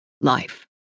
life